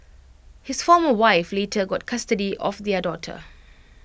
his former wife later got custody of their daughter